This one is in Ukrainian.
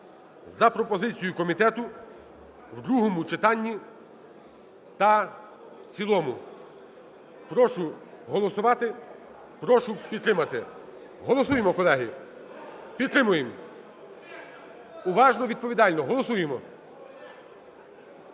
за пропозицією комітету в другому читанні та в цілому. Прошу голосувати, прошу підтримати. Голосуємо, колеги. Підтримуємо. Уважно, відповідально голосуємо.